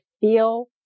feel